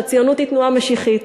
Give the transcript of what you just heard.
שהציונות היא תנועה משיחית.